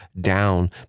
down